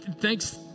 Thanks